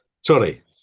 Sorry